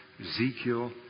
Ezekiel